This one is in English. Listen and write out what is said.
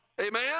Amen